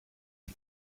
του